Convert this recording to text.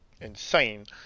insane